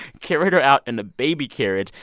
carried her out in the baby carriage.